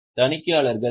தணிக்கையாளர்கள் யார்